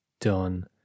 done